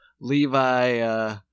Levi